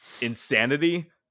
insanity